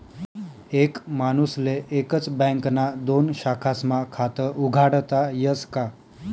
एक माणूसले एकच बँकना दोन शाखास्मा खातं उघाडता यस का?